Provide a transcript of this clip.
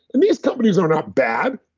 and these companies are not bad,